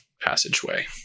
passageway